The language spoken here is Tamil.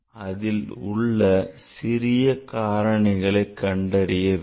அதில் உள்ள சிறிய காரணிகளை கண்டறிய வேண்டும்